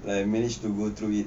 like I managed to go through it